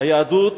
היהדות